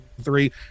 three